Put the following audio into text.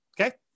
okay